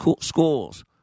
schools